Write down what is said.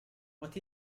what